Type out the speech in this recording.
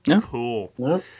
Cool